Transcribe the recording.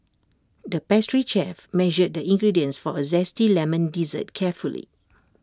the pastry chef measured the ingredients for A Zesty Lemon Dessert carefully